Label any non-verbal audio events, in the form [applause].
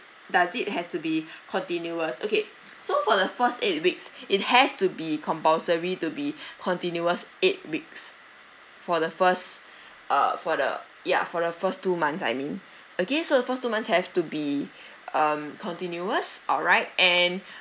does it has to be continuous okay so for the first eight weeks it has to be compulsory to be [breath] continuous eight weeks for the first uh for the ya for the first two months I mean [breath] okay first two months have to be [breath] um continuous alright and [breath]